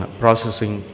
processing